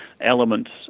elements